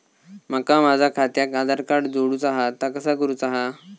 माका माझा खात्याक आधार कार्ड जोडूचा हा ता कसा करुचा हा?